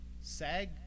sag